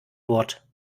wort